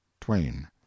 twain